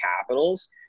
Capitals